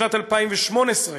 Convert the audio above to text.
בשנת 2018,